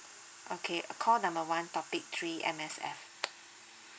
okay call number one topic three M_S_F